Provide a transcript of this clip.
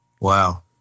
wow